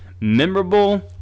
Memorable